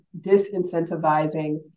disincentivizing